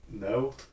No